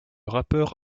rappeur